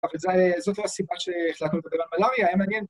אבל זאת הייתה הסיבה שאנחנו כותבים על מלאריה, היה מעניין.